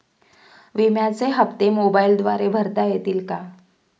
विम्याचे हप्ते मोबाइलद्वारे भरता येतील का?